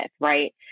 right